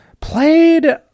played